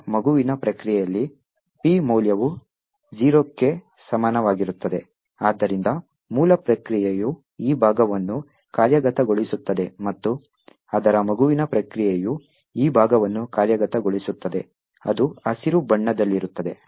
ಈಗ ಮಗುವಿನ ಪ್ರಕ್ರಿಯೆಯಲ್ಲಿ P ಮೌಲ್ಯವು 0 ಕ್ಕೆ ಸಮನಾಗಿರುತ್ತದೆ ಆದ್ದರಿಂದ ಮೂಲ ಪ್ರಕ್ರಿಯೆಯು ಈ ಭಾಗವನ್ನು ಕಾರ್ಯಗತಗೊಳಿಸುತ್ತದೆ ಮತ್ತು ಅದರ ಮಗುವಿನ ಪ್ರಕ್ರಿಯೆಯು ಈ ಭಾಗವನ್ನು ಕಾರ್ಯಗತಗೊಳಿಸುತ್ತದೆ ಅದು ಹಸಿರು ಬಣ್ಣದಲ್ಲಿರುತ್ತದೆ